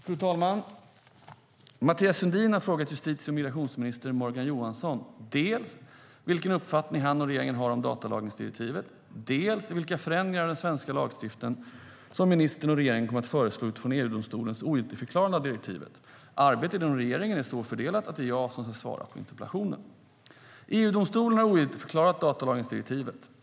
Fru talman! Mathias Sundin har frågat justitie och migrationsminister Morgan Johansson dels vilken uppfattning han och regeringen har om datalagringsdirektivet, dels vilka förändringar av den svenska lagstiftningen som ministern och regeringen kommer att föreslå utifrån EU-domstolens ogiltigförklarande av direktivet. Arbetet inom regeringen är så fördelat att det är jag som ska svara på interpellationen.EU-domstolen har ogiltigförklarat datalagringsdirektivet.